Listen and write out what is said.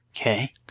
Okay